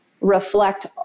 reflect